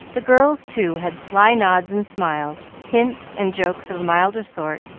the girls, too, had sly nods and smiles, hints and jokes of a milder sort,